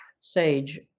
Sage